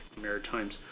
Maritimes